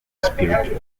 spiritual